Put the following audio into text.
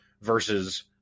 versus